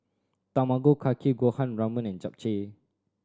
Tamago Kake Gohan Ramen and Japchae